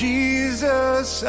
Jesus